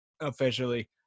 officially